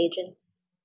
agents